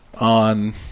on